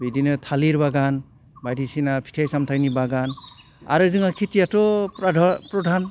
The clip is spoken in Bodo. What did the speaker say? बिदिनो थालिर बागान बायदिसिना फिथाइ सामथाइनि बागान आरो जोंहा खेथिआथ' प्रधान